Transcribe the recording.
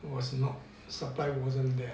was not supply wasn't there